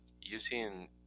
using